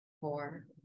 four